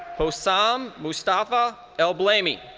hossan um mustafa al-blemi.